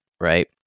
right